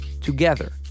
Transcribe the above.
Together